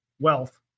wealth